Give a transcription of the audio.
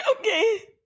okay